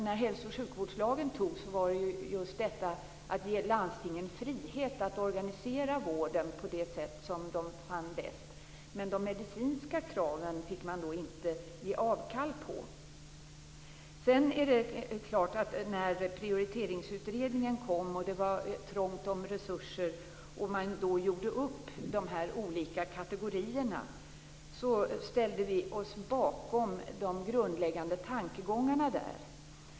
När hälso och sjukvårdslagen antogs handlade det ju just om detta att ge landstingen frihet att organisera vården på det sätt som de fann bäst, men man fick inte ge avkall på de medicinska kraven. När Prioriteringsutredningen kom var det trångt om resurser och man gjorde upp de olika kategorierna. Vi ställde oss bakom de grundläggande tankegångarna där.